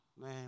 Man